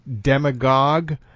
demagogue